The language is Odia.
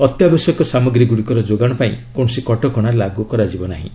ଅତ୍ୟାବଶ୍ୟକ ସାମଗ୍ରୀ ଗୁଡ଼ିକର ଯୋଗାଣ ପାଇଁ କୌଣସି କଟକଣା ଲାଗୁ ହେବ ନାହିଁ